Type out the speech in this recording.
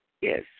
Yes